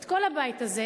אלא את כל הבית הזה,